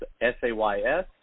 S-A-Y-S